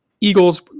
Eagles